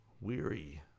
Weary